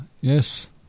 yes